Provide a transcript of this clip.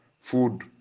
food